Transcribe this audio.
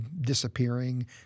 disappearing